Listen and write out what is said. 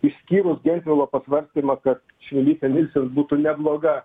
išskyrus gentvilo pasvarstymą kad čmilytė nilsen būtų nebloga